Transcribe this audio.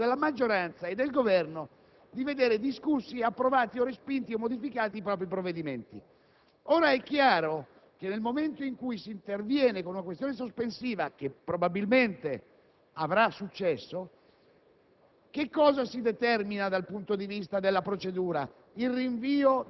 riservando quindi tutto il resto del tempo al giusto diritto della maggioranza e del Governo di vedere discussi, approvati, respinti o modificati i propri provvedimenti. Ora, nel momento in cui si interviene con una questione sospensiva, che probabilmente avrà successo,